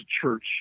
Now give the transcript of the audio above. church